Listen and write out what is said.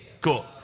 Cool